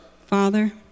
Father